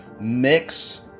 mix